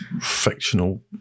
fictional